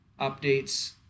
updates